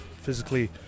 physically